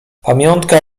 pamiątka